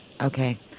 okay